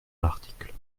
l’article